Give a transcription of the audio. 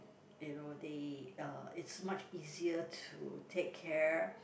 you know they uh it's much easier to take care